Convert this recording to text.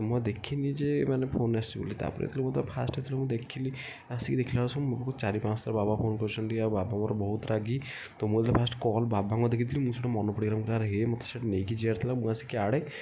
ମୁଁ ଆଉ ଦେଖିନି ଯେ ଫୋନ୍ ଆସିଛି ବୋଲି ତା'ପରେ ଯେତେବେଳେ ମୁଁ ତାକୁ ଫାର୍ଷ୍ଟଥର ଦେଖିଲି ଦେଖିଲା ବେଳକୁ ସବୁ ମୋ ପାଖକୁ ଚାରି ପାଞ୍ଚ ଥର ବାବା ଫୋନ୍ କରିଛନ୍ତି ଆଉ ବାବା ମୋର ବହୁତ ରାଗି ତ ମୁଁ ଯେତେବେଳେ ଫାର୍ଷ୍ଟ କଲ୍ ବାବାଙ୍କର ଦେଖିଲି ମୋର ସେଇଠୁ ମନେ ପଡ଼ିଗଲା ଆରେ ହେ ମୋତେ ସେଇଠୁ ନେଇକି ଯିବାର ଥିଲା ମୁଁ ଆସିକି ଆଡ଼େ